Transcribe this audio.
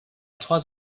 trois